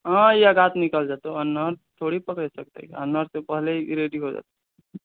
अ ई आगाँ सँ निकैल जेतौ अन्हर थोड़ी पकैर सकतै अन्हर सँ पहिले ई रेडी हो जेतै